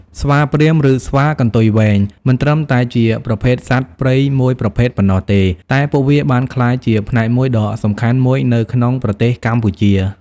ស្វាព្រាហ្មណ៍ ឬ ស្វាកន្ទុយវែង មិនត្រឹមតែជាប្រភេទសត្វព្រៃមួយប្រភេទប៉ុណ្ណោះទេ តែពួកវាបានក្លាយជាផ្នែកមួយដ៏សំខាន់មួយនៅក្នុងប្រទេសកម្ពុជា។